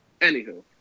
Anywho